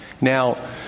Now